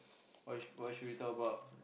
what should what should we talk about